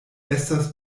estas